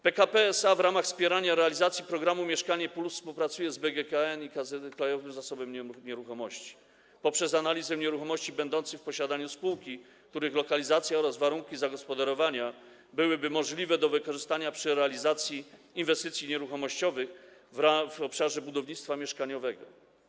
PKP SA w ramach wspierania realizacji programu „Mieszkanie+” współpracuje z BGKN i Krajowym Zasobem Nieruchomości poprzez analizę nieruchomości będących w posiadaniu spółki, których lokalizacja oraz warunki zagospodarowania byłyby możliwe do wykorzystania przy realizacji inwestycji nieruchomościowych w obszarze budownictwa mieszkaniowego.